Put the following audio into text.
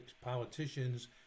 politicians